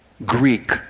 Greek